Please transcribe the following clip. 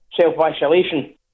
self-isolation